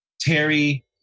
Terry